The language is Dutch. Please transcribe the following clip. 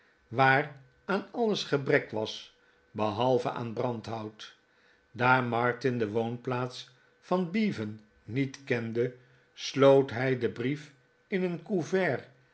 waar aan alles gebrek was behalve aan brandhout daar martin de woonplaats van bevan niet kende sloot hij den brief in een couvert